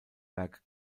berg